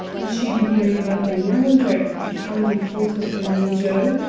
has she been hearing about me, i wonder, and finding fault with her new jo?